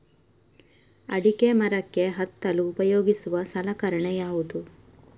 ಅಡಿಕೆ ಮರಕ್ಕೆ ಹತ್ತಲು ಉಪಯೋಗಿಸುವ ಸಲಕರಣೆ ಯಾವುದು?